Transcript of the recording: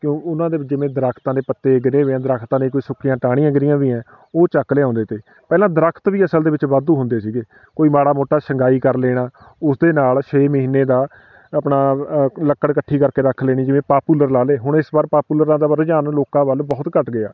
ਕਿਉਂ ਉਹਨਾਂ ਦੇ ਜਿਵੇਂ ਦਰਖਤਾਂ ਦੇ ਪੱਤੇ ਗਿਰੇ ਵੇ ਦਰਖਤਾਂ ਦੇ ਕੋਈ ਸੁੱਕੀਆਂ ਟਾਹਣੀਆਂ ਗਿਰੀਆਂ ਵੀਆ ਉਹ ਚੱਕ ਲਿਆਉਂਦੇ ਤੇ ਪਹਿਲਾਂ ਦਰਖਤ ਵੀ ਅਸਲ ਦੇ ਵਿੱਚ ਵਾਧੂ ਹੁੰਦੇ ਸੀਗੇ ਕੋਈ ਮਾੜਾ ਮੋਟਾ ਸਿੰਗਾਈ ਕਰ ਲੈਣਾ ਉਸ ਦੇ ਨਾਲ ਛੇ ਮਹੀਨੇ ਦਾ ਆਪਣਾ ਲੱਕੜ ਇਕੱਠੀ ਕਰਕੇ ਰੱਖ ਲੈਣੀ ਜਿਵੇਂ ਪਾਪੂਲਰ ਲਾ ਲਏ ਹੁਣ ਇਸ ਵਾਰ ਪਾਪੂਲਰ ਦਾ ਰੁਝਾਨ ਲੋਕਾਂ ਵੱਲ ਬਹੁਤ ਘੱਟ ਗਿਆ